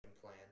plan